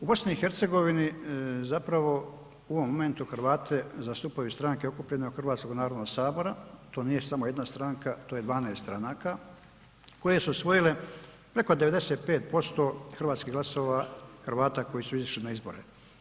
U BiH zapravo u ovom momentu Hrvate zastupaju stranke okupljene oko Hrvatskog narodnog sabor, to nije samo jedna stranka, to je 12 stranaka koje su osvojile preko 95% hrvatskih glasova Hrvata koji su izišli na izbore.